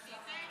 סגן השר נהרי.